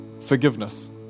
forgiveness